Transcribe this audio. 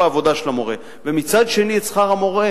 העבודה של המורה ומצד שני את שכר המורה,